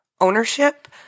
ownership